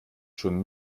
schon